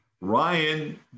Ryan